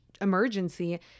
emergency